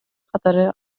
катары